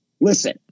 Listen